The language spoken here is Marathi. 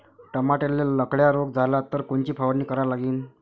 टमाट्याले लखड्या रोग झाला तर कोनची फवारणी करा लागीन?